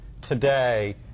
today